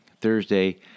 Thursday